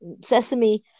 Sesame